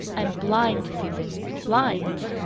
i'm blind, susan blind!